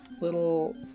little